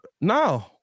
No